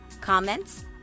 Comments